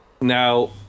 Now